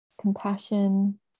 compassion